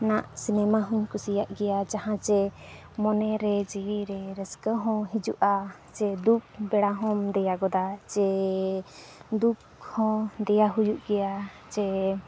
ᱚᱱᱠᱟᱱᱟᱜ ᱦᱚᱧ ᱠᱩᱥᱤᱭᱟᱜ ᱜᱮᱭᱟ ᱡᱟᱦᱟᱸ ᱡᱮ ᱢᱚᱱᱮᱨᱮ ᱡᱤᱣᱤᱨᱮ ᱨᱟᱹᱥᱠᱟᱹ ᱦᱚᱸ ᱦᱤᱡᱩᱜᱼᱟ ᱪᱮ ᱫᱩᱠ ᱵᱮᱲᱟᱦᱚᱢ ᱫᱮᱭᱟ ᱜᱚᱫᱟ ᱪᱮ ᱫᱩᱠᱦᱚᱸ ᱫᱮᱭᱟ ᱦᱩᱭᱩᱜ ᱜᱮᱭᱟ ᱪᱮ